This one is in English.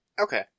Okay